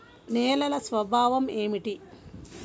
నేలల స్వభావం ఏమిటీ?